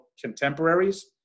contemporaries